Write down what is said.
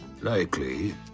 likely